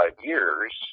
years